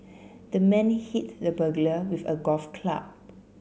the man hit the burglar with a golf club